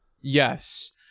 yes